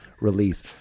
release